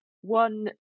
one